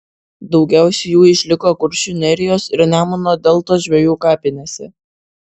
daugiausiai jų išliko kuršių nerijos ir nemuno deltos žvejų kapinėse